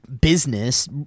business